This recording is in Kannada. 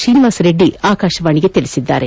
ಶ್ರೀನಿವಾಸ ರೆಡ್ಡಿ ಆಕಾಶವಾಣಿಗೆ ತಿಳಿಸಿದ್ದಾರೆ